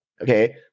Okay